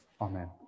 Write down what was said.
Amen